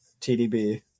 TDB